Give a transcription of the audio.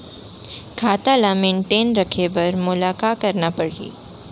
खाता ल मेनटेन रखे बर मोला का करना पड़ही?